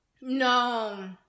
no